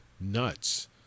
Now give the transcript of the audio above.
nuts